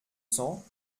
cents